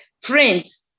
Friends